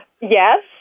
Yes